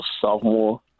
sophomore